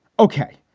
ok,